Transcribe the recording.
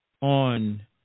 On